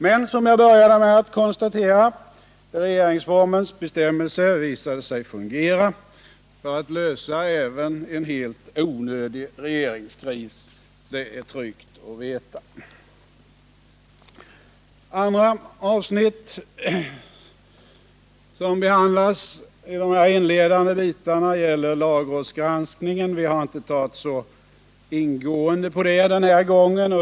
Men, vilket jag började med att konstatera, regeringsformens bestämmelser visade sig fungera så att även en helt onödig regeringskris kunde lösas. Det är tryggt att veta. Ett annat avsnitt som behandlas i inledningen gäller lagrådsgranskningen. Vi har inte tagit upp den så ingående den här gången.